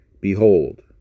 behold